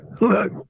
look